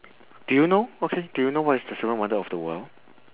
do you know okay do you know what's the seven wonder of the world